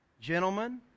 Gentlemen